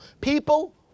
People